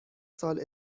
سال